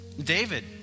David